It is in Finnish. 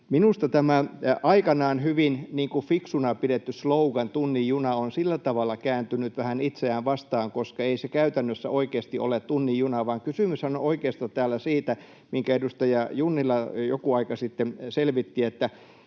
minusta tämä aikanaan hyvin fiksuna pidetty slogan ”tunnin juna” on sillä tavalla kääntynyt vähän itseään vastaan, että ei se käytännössä oikeasti ole tunnin juna, vaan kysymyshän on oikeasti siitä, minkä edustaja Junnila joku aika sitten selvitti: